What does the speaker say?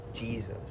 Jesus